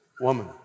woman